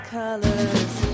colors